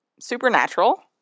Supernatural